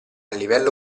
livello